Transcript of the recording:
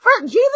Jesus